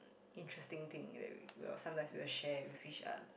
interesting thing that we we'll sometimes we'll share with each other